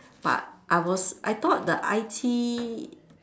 but I was I thought the I_T